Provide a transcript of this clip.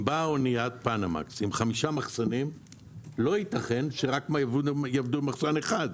אם באה אניית פנמקס עם חמישה מחסנים לא ייתכן שיעבדו עם מחסן אחד.